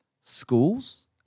schools